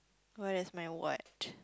what is my watch